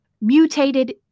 mutated